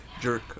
jerk